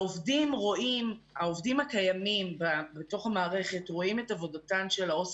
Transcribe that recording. העובדים הקיימים בתוך המערכת רואים את עבודתן של העובדות